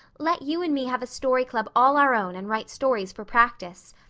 let you and me have a story club all our own and write stories for practice.